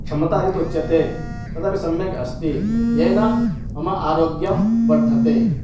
क्षमता यत् उच्यते तदपि सम्यक् अस्ति येन मम आरोग्यं वर्धते